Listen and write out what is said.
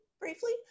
briefly